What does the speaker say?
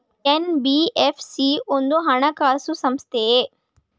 NBFC ಒಂದು ಹಣಕಾಸು ಸಂಸ್ಥೆಯೇ?